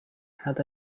had